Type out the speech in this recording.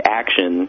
action